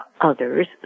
others